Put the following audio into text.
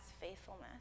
faithfulness